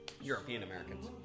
European-Americans